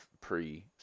pre